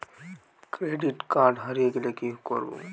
Credit card হারিয়ে গেলে কি করব?